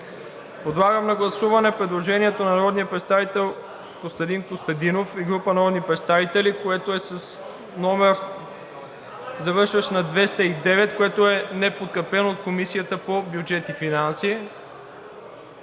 Подлагам на гласуване предложението на народния представител Костадин Костадинов и група народни представители, което е с номер, завършващ на 209, което е неподкрепено от Комисията по бюджет и финанси.